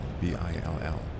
B-I-L-L